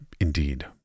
indeed